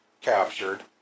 captured